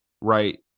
right